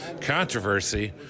controversy